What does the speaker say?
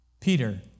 Peter